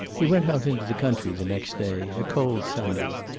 he went out into the country the next day, a cold sunday,